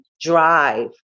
drive